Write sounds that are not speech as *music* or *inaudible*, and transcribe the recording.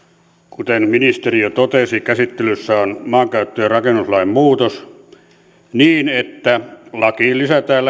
kuten ministeri jo totesi käsittelyssä on maankäyttö ja rakennuslain muutos *unintelligible* niin että lakiin lisätään *unintelligible*